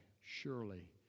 surely